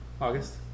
August